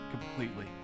completely